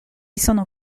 sono